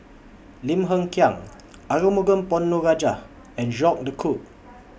Lim Hng Kiang Arumugam Ponnu Rajah and Jacques De Coutre